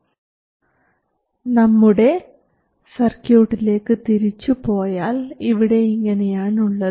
1 V ≤ vi ≤ 13 V നമ്മുടെ സർക്യൂട്ടിലേക്ക് തിരിച്ചു പോയാൽ ഇവിടെ ഇങ്ങനെയാണ് ഉള്ളത്